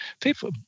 people